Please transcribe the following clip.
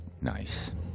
Nice